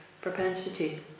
propensity